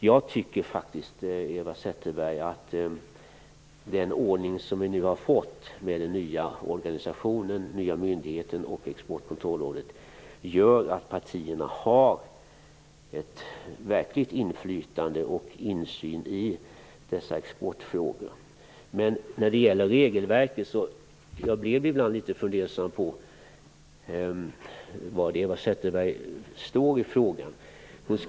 Jag tycker faktiskt, Eva Zetterberg, att den ordning som vi fått med den nya organisationen, den nya myndigheten och Exportkontrollrådet gör att partierna har ett verkligt inflytande över och insyn i dessa exportfrågor. Men ibland blir jag litet fundersam över var Eva Zetterberg står i frågan.